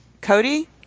Cody